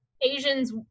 Asians